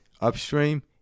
Upstream